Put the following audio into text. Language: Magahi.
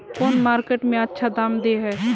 कौन मार्केट में अच्छा दाम दे है?